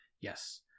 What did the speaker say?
Yes